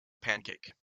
pancake